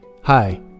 Hi